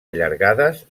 allargades